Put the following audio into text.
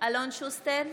אלון שוסטר,